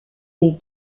des